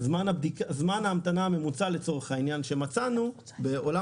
זמן ההמתנה הממוצע לצורך העניין שמצאנו בעולם